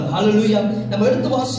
Hallelujah